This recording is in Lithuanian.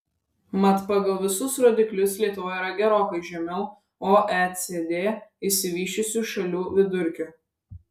mat pagal visus rodiklius lietuva yra gerokai žemiau oecd išsivysčiusių šalių vidurkio